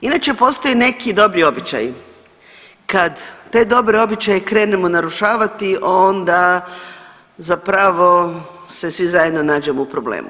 Inače postoje neki dobri običaji, kad te dobre običaje krenemo narušavati onda zapravo se svi zajedno nađemo u problemu.